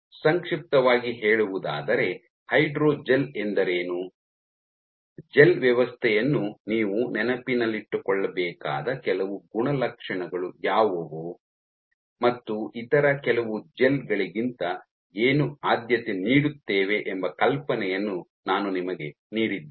ಸಂಕ್ಷಿಪ್ತವಾಗಿ ಹೇಳುವುದಾದರೆ ಹೈಡ್ರೋಜೆಲ್ ಎಂದರೇನು ಜೆಲ್ ವ್ಯವಸ್ಥೆಯನ್ನು ನೀವು ನೆನಪಿನಲ್ಲಿಟ್ಟುಕೊಳ್ಳಬೇಕಾದ ಕೆಲವು ಗುಣಲಕ್ಷಣಗಳು ಯಾವುವು ಮತ್ತು ಇತರ ಕೆಲವು ಜೆಲ್ ಗಳಿಗಿಂತ ಏನು ಆದ್ಯತೆ ನೀಡುತ್ತೇವೆ ಎಂಬ ಕಲ್ಪನೆಯನ್ನು ನಾನು ನಿಮಗೆ ನೀಡಿದ್ದೇನೆ